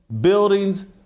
Buildings